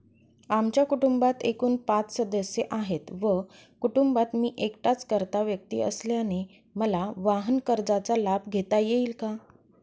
आमच्या कुटुंबात एकूण पाच सदस्य आहेत व कुटुंबात मी एकटाच कर्ता व्यक्ती असल्याने मला वाहनकर्जाचा लाभ घेता येईल का?